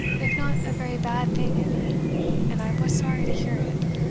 if not a very bad thing, edie and i was sorry to hear it.